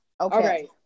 Okay